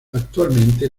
actualmente